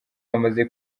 bamaze